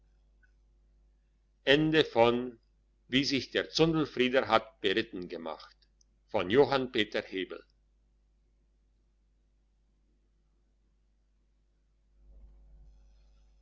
wie sich der zundelfrieder hat beritten gemacht